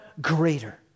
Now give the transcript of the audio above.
greater